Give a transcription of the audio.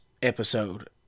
episode